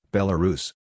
Belarus